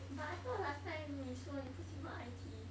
but I thought last time 你说你不喜欢 I_T